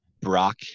Brock